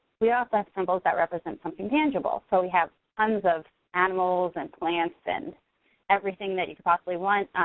we also have symbols that represent something tangible, so we have tons of animals and plants and everything that you could possibly want.